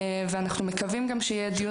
ואנחנו מקווים גם שיהיה דיון